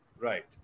Right